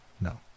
no